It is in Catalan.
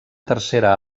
tercera